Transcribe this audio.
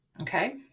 Okay